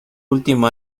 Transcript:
último